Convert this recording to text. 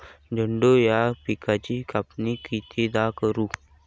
झेंडू या पिकाची कापनी कितीदा करू?